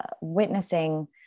witnessing